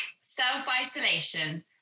self-isolation